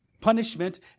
punishment